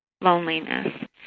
loneliness